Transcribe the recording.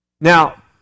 Now